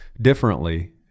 differently